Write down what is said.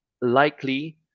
likely